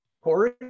Corey